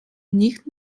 nicht